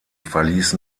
verließ